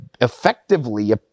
effectively